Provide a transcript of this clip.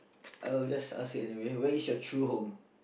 I will just ask it anyway where is your true home